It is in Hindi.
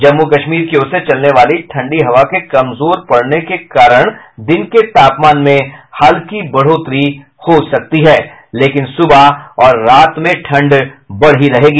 जम्मू कश्मीर की ओर से चलने वाली ठंडी हवा के कमजोर पड़ने के कारण दिन के तापमान में हल्की बढ़ोतरी होगी लेकिन सुबह और रात में ठंड बढ़ी रहेगी